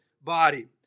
body